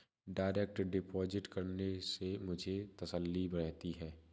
direct deposit करने से मुझे तसल्ली रहती है